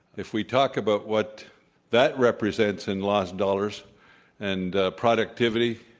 if we talk about what that represents in lost dollars and productivity,